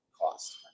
cost